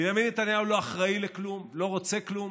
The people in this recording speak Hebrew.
בנימין נתניהו לא אחראי לכלום, לא רוצה כלום.